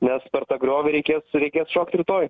nes per tą griovį reikės rėkės šokti rytoj